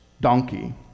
donkey